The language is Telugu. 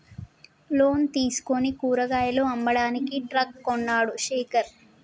లోన్ తీసుకుని కూరగాయలు అమ్మడానికి ట్రక్ కొన్నడు శేఖర్